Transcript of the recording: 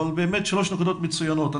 באמת שלוש נקודות מצוינות.